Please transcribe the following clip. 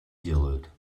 делают